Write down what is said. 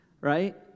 right